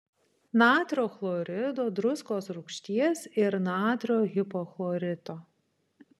natrio chlorido druskos rūgšties ir natrio hipochlorito